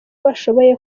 bashoboye